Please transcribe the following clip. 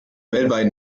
weltweiten